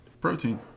Protein